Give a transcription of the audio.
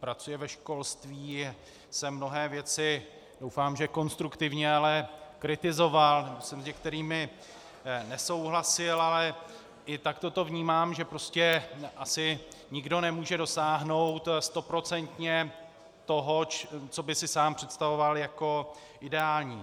pracuje ve školství, jsem mnohé věci, doufám, že konstruktivně, ale kritizoval, s některými jsem nesouhlasil, ale i takto to vnímám, že prostě asi nikdo nemůže dosáhnout stoprocentně toho, co by si sám představoval jako ideální.